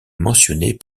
mentionnée